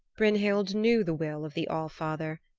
brynhild knew the will of the all-father.